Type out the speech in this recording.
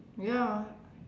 ya